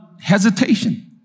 hesitation